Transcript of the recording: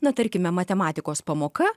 na tarkime matematikos pamoka